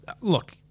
Look